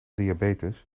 diabetes